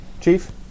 Chief